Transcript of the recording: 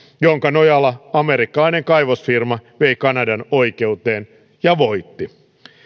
jonka nojalla amerikkalainen kaivosfirma vei kanadan oikeuteen ja voitti